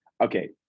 Okay